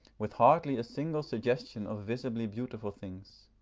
with hardly a single suggestion of visibly beautiful things.